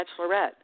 Bachelorette